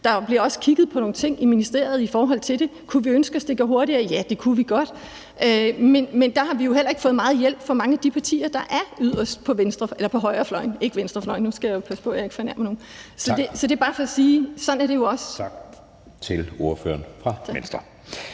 Der bliver også kigget på nogle ting i ministeriet i forhold til det. Kunne vi ønske, at det gik hurtigere? Ja, det kunne vi godt. Men der har vi jo heller ikke fået meget hjælp fra mange af de partier, der er yderst på venstrefløjen. Nej, ikke venstrefløjen, men højrefløjen. Nu skal jeg passe på ikke at fornærme nogen. Det er bare for at sige, at sådan er det jo også. Kl. 14:36 Anden